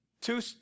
two